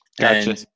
Gotcha